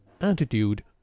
attitude